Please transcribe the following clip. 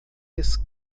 esse